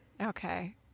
Okay